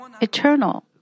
eternal